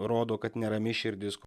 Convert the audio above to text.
rodo kad nerami širdis